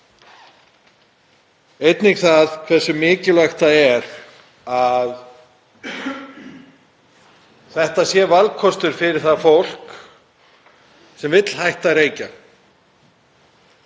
einnig það hversu mikilvægt það er að þetta sé valkostur fyrir fólk sem vill hætta að reykja.